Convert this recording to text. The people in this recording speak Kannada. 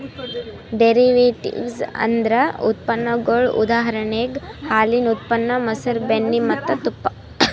ಡೆರಿವೆಟಿವ್ಸ್ ಅಂದ್ರ ಉತ್ಪನ್ನಗೊಳ್ ಉದಾಹರಣೆಗ್ ಹಾಲಿನ್ ಉತ್ಪನ್ನ ಮಸರ್, ಬೆಣ್ಣಿ ಮತ್ತ್ ತುಪ್ಪ